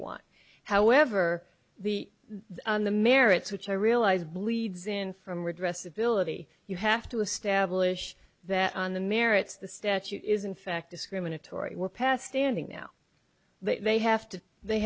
want however the on the merits which i realize bleeds in from redress ability you have to establish that on the merits the statute is in fact discriminatory were passed standing now they have to they